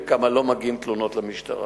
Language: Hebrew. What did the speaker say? וכמה תלונות לא מגיעות למשטרה.